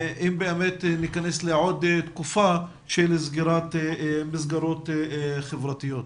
אם באמת ניכנס לעוד תקופה של סגירת מסגרות חברתיות.